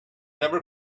never